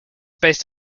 based